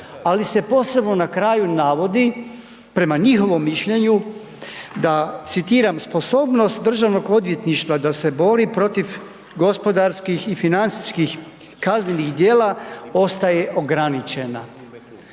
ali se posebno na kraju navodi prema njihovom mišljenju da citiram „Sposobnost DORH-a da se bori protiv gospodarskih i financijskih kaznenih djela ostaje ograničena“.